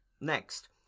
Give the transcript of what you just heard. Next